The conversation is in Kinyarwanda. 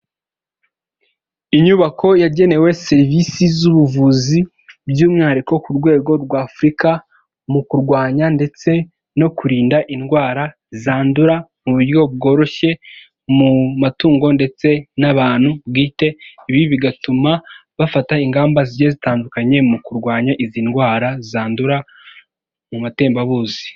Inyubako yagenewe serivisi z'ubuvuzi by'umwihariko ku rwego rwa Afurika mu kurwanya ndetse no kurinda indwara zandura mu buryo bworoshye mu matungo ndetse n'abantu bwite. Ibi bigatuma bafata ingamba zigiye zitandukanye mu kurwanya izi ndwara zandura mu matembabuzi.